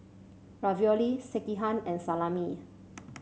Ravioli Sekihan and Salami